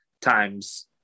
times